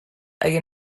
اگه